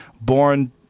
born